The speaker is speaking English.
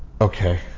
Okay